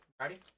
ready